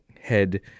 head